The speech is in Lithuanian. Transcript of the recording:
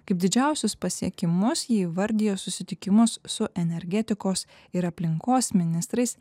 kaip didžiausius pasiekimus ji įvardijo susitikimus su energetikos ir aplinkos ministrais